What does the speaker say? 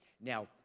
Now